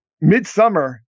Midsummer